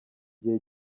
gihe